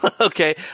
Okay